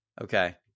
Okay